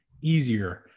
easier